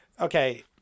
Okay